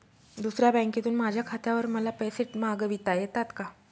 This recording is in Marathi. दुसऱ्या बँकेतून माझ्या खात्यावर मला पैसे मागविता येतात का?